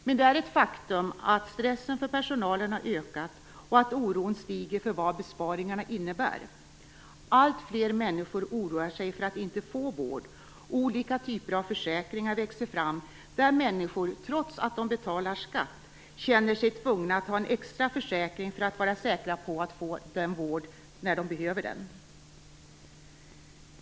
Men det är ett faktum att stressen för personalen har ökat och att oron stiger för vad besparingarna innebär. Alltfler människor oroar sig för att inte få vård, och olika typer av försäkringar växer fram där människor, trots att de betalar skatt, känner sig tvungna att ha en extra försäkring för att vara säkra på att få vård när de behöver den.